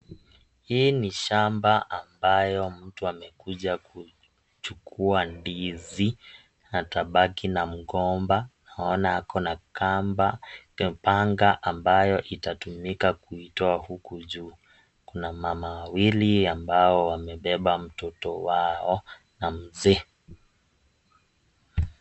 Hii ni shamba ambayo mtu amekuja kuchukua ndizi, atabaki na mgomba naona akona kamba panga ambayo itatumika kuitoa huku juu, kuna mama wawili ambao wamebeba mtoto wao na mzee.